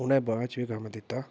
उ'नें बाद च बी कम्म दिता